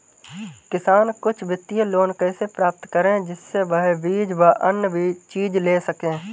किसान कुछ वित्तीय लोन कैसे प्राप्त करें जिससे वह बीज व अन्य चीज ले सके?